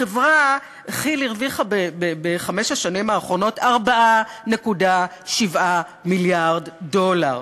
חברת כי"ל הרוויחה בחמש השנים האחרונות 4.7 מיליארד דולר,